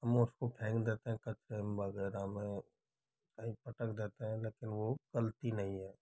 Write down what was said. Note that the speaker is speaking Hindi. हम उसको फेंक देते हैं खचरे में मगर हमें कही पटक देते हैं वो गलती नहीं है